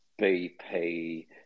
BP